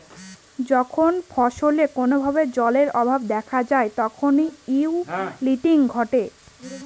যখন ফসলে কোনো ভাবে জলের অভাব দেখা যায় তখন উইল্টিং ঘটে